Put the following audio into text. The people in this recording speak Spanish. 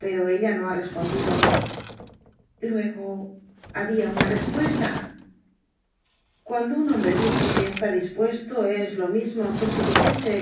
mal o ella no ha respondido luego babia una respuesta cuando tul hombre dice que estcí dispuesto es lo mismo e ue si dijese